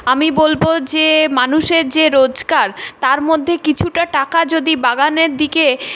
আমি বলবো যে মানুষের যে রোজগার তার মধ্যে কিছুটা টাকা যদি বাগানের দিকে